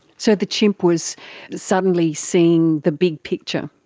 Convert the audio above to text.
so the chimp was suddenly seeing the big picture.